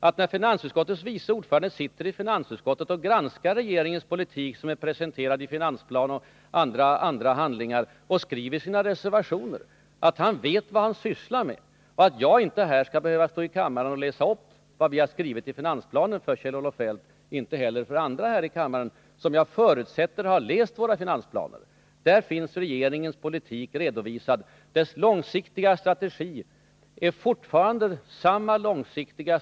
Jag förutsätter också att han, när han sitter i finansutskottet och granskar regeringens politik, presenterad i finansplan och i andra handlingar, samt när han skriver sina reservationer, vet vad han sysslar med. Jag tycker inte att jag här i kammaren skall behöva läsa upp för Kjell-Olof Feldt vad vi har skrivit i finansplanen. Jag tycker inte heller att jag skall behöva göra det för andra ledamöter här i kammaren, vilka jag förutsätter har läst finansplanen. Där finns regeringens politik redovisad. Den långsiktiga strategin är fortfarande densamma.